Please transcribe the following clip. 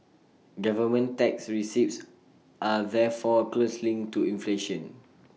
government tax receipts are therefore close linked to inflation